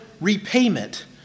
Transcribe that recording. repayment